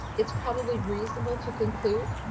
it's probably reasonable to conclude,